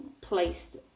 placed